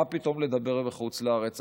מה פתאום לדבר בחוץ לארץ?